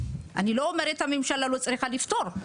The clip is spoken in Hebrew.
אני לא אומרת שהמשלה לא צריכה לפתור,